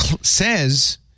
says